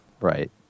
Right